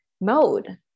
mode